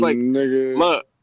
look